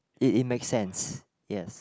it it make sense yes